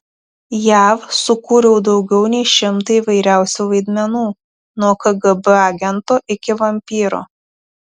jav sukūriau daugiau nei šimtą įvairiausių vaidmenų nuo kgb agento iki vampyro